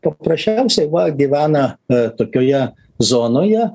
paprasčiausiai va gyvena tokioje zonoje